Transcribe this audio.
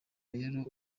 rero